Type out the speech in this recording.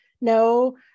no